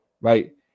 right